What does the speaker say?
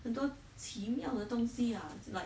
很多奇妙的东西 ah like